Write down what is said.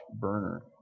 burner